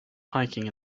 hiking